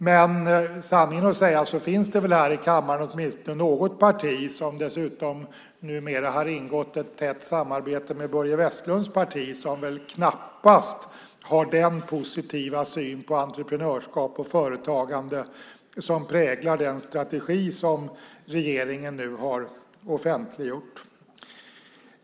Men sanningen att säga finns det väl här i kammaren åtminstone något parti, som dessutom numera har ingått ett tätt samarbete med Börje Vestlunds parti, som knappast har den positiva syn på entreprenörskap och företagande som präglar den strategi som regeringen nu har offentliggjort.